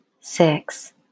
six